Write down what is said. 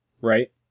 Right